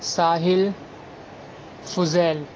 Sahil Fuzail